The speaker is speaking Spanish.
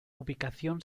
ubicación